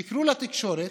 שיקרו לתקשורת,